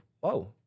whoa